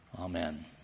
Amen